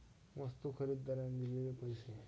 वस्तू खरेदीदाराने दिलेले पैसे